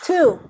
Two